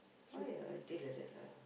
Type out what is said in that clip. why ah they like that lah